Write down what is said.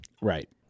Right